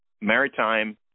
Maritime